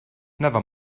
never